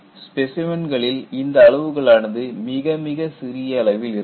ஸ்பெசைமன்க ளில் இந்த அளவுகள் ஆனது மிக மிக சிறிய அளவில் இருக்கும்